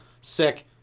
sick